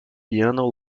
piano